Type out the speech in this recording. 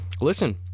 listen